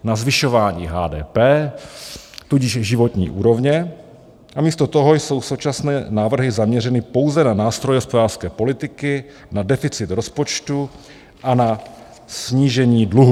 Na zvyšování HDP, tudíž životní úrovně a místo toho jsou současné návrhy zaměřeny pouze na nástroje hospodářské politiky, na deficit rozpočtu a na snížení dluhu.